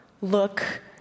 look